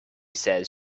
says